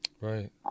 Right